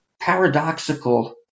paradoxical